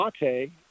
Mate